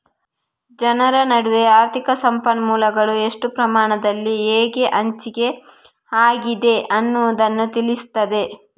ಜನರ ನಡುವೆ ಆರ್ಥಿಕ ಸಂಪನ್ಮೂಲಗಳು ಎಷ್ಟು ಪ್ರಮಾಣದಲ್ಲಿ ಹೇಗೆ ಹಂಚಿಕೆ ಆಗಿದೆ ಅನ್ನುದನ್ನ ತಿಳಿಸ್ತದೆ